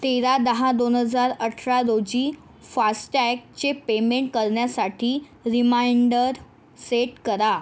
तेरा दहा दोन हजार अठरा रोजी फास्टॅगचे पेमेंट करण्यासाठी रिमाइंडर सेट करा